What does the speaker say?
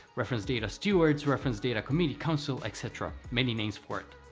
reference data stewards, reference data committee council, etc. many names for it.